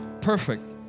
perfect